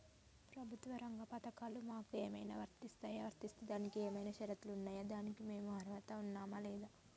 ప్రభుత్వ రంగ పథకాలు మాకు ఏమైనా వర్తిస్తాయా? వర్తిస్తే దానికి ఏమైనా షరతులు ఉన్నాయా? దానికి మేము అర్హత ఉన్నామా లేదా?